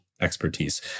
expertise